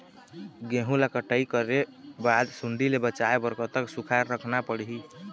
गेहूं ला कटाई करे बाद सुण्डी ले बचाए बर कतक सूखा रखना पड़ही?